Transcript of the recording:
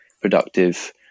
productive